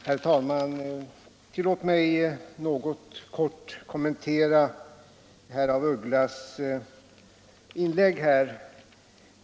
Herr talman! Tillåt mig att kort kommentera herr af Ugglas inlägg.